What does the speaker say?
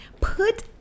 put